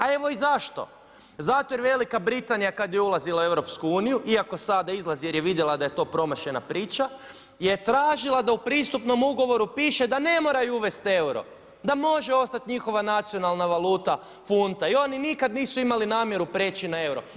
A evo i zašto, zato jer Velika Britanija kad je ulazila u EU, iako sada izlazi, jer je vidjela da je to promašajna priča, je tražila da u pristupnom ugovoru da ne moraju uvesti euro, da može ostati njihova nacionalna valuta funta i oni nikad nisu imali namjeru preći na euro.